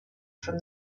from